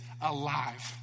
alive